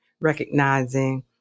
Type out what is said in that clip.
recognizing